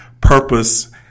Purpose